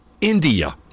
india